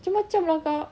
macam-macam lah kak